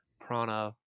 Prana